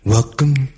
Welcome